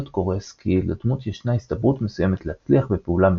גורס כי לדמות ישנה הסתברות מסוימת להצליח בפעולה מסוימת.